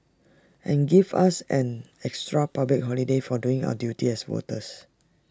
and give us an extra public holiday for doing our duty as voters